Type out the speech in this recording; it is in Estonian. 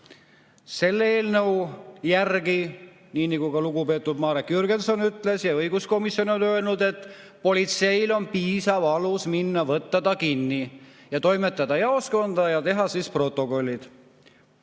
Selle eelnõu järgi, nii nagu ka lugupeetud Marek Jürgenson ütles ja õiguskomisjon on öelnud, politseil on piisav alus minna ja võtta kodanik kinni, toimetada jaoskonda ja teha protokollid,